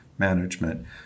Management